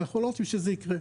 ואנחנו לא רוצים שזה יקרה.